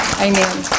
amen